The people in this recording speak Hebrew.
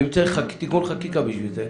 ואם צריך תיקון חקיקה בשביל זה,